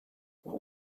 what